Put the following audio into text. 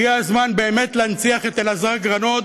הגיע הזמן באמת להנציח את אלעזר גרנות